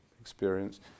experience